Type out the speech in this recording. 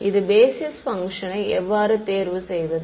இந்த பேஸிஸ் பங்க்ஷனை எவ்வாறு தேர்வு செய்வது